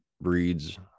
breeds